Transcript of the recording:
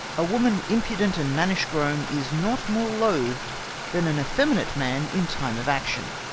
a woman impudent and mannish grown is not more loath'd than an effeminate man in time of action.